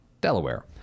Delaware